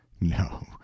No